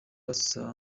asa